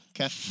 Okay